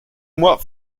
mois